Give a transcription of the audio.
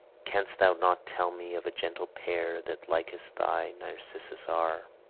canst thou not tell me of a gentle pair that likest thy narcissus are?